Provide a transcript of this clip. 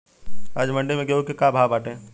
आज मंडी में गेहूँ के का भाव बाटे?